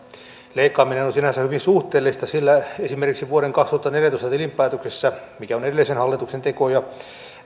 leikkaaminen on on sinänsä hyvin suhteellista sillä esimerkiksi vuoden kaksituhattaneljätoista tilinpäätöksessä mikä on edellisen hallituksen tekoja